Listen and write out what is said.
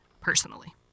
personally